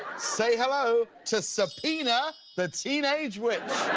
say hello to subpoena the teenage witch.